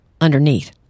underneath